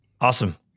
Awesome